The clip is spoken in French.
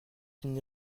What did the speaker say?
une